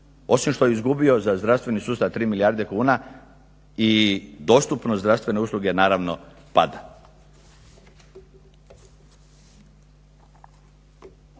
osim što je izgubio za zdravstveni sustav 3 milijarde kuna i dostupnost zdravstvene usluge naravno pada.